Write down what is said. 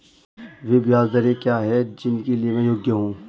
वे ब्याज दरें क्या हैं जिनके लिए मैं योग्य हूँ?